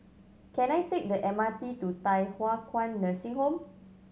can I take the M R T to Thye Hua Kwan Nursing Home